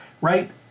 right